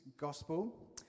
Gospel